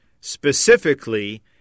specifically